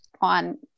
on